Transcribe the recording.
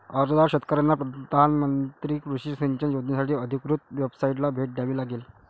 अर्जदार शेतकऱ्यांना पंतप्रधान कृषी सिंचन योजनासाठी अधिकृत वेबसाइटला भेट द्यावी लागेल